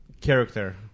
character